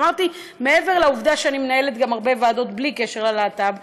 אז אמרתי: מעבר לעובדה שאני מנהלת הרבה ועדות גם בלי קשר ללהט"ב,